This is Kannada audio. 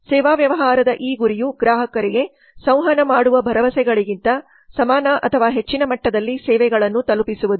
ಸೇವಾ ವ್ಯವಹಾರದ ಈ ಗುರಿಯು ಗ್ರಾಹಕರಿಗೆ ಸಂವಹನ ಮಾಡುವ ಭರವಸೆಗಳಿಗಿಂತ ಸಮಾನ ಅಥವಾ ಹೆಚ್ಚಿನ ಮಟ್ಟದಲ್ಲಿ ಸೇವೆಗಳನ್ನು ತಲುಪಿಸುವುದು